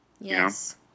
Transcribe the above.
Yes